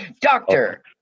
Doctor